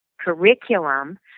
curriculum